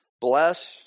Blessed